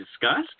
discussed